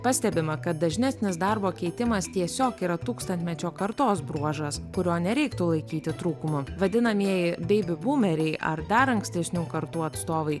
pastebima kad dažnesnis darbo keitimas tiesiog yra tūkstantmečio kartos bruožas kurio nereiktų laikyti trūkumu vadinamieji beibi bumeriai ar dar ankstesnių kartų atstovai